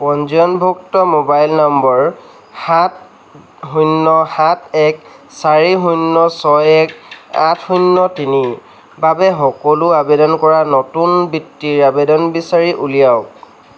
পঞ্জীয়নভুক্ত mobile number সাত শূন্য় সাত এক চাৰি শূন্য় ছয় এক আঠ শূন্য় তিনিৰ বাবে সকলো আবেদন কৰা নতুন বৃত্তিৰ আবেদন বিচাৰি উলিয়াওক